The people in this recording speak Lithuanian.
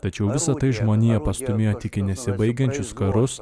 tačiau visa tai žmoniją pastūmėjo tik į nesibaigiančius karus